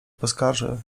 poskarży